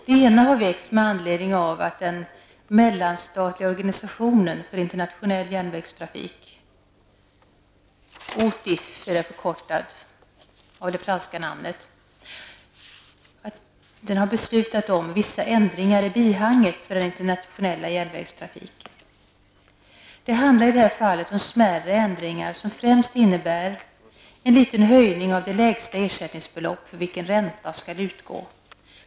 Det ena har väckts med anledning av att Mellanstatliga organisationen för internationell järnvägstrafik, förkortad OTIF efter det franska namnet, har beslutat om vissa ändringar i bihangen till 1980 års fördrag om internationell järnvägstrafik. Det handlar i det här fallet om smärre ändringar som främst innebär en liten höjning av det lägsta ersättningsbelopp för vilken ränta skall utgå.